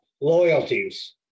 loyalties